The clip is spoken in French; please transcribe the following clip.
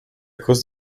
cause